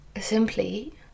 simply